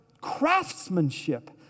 craftsmanship